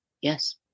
Yes